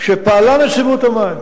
כשפעלה נציבות המים